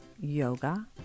yoga